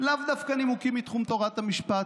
ולאו דווקא מנימוקים מתחום תורת המשפט,